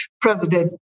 President